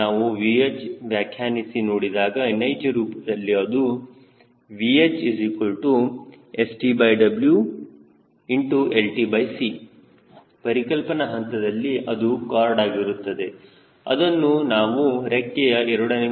ನಾವು VH ವ್ಯಾಖ್ಯಾನಿಸಿ ನೋಡಿದಾಗ ನೈಜ ರೂಪದಲ್ಲಿ ಅದು VHStSwltC ಪರಿಕಲ್ಪನಾ ಹಂತದಲ್ಲಿ ಅದು ಕಾರ್ಡ್ ಆಗಿರುತ್ತದೆ ಅದನ್ನು ನಾವು ರೆಕ್ಕೆಯ a